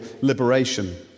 liberation